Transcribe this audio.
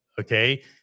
Okay